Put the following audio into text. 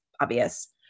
obvious